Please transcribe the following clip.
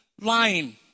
lying